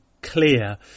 clear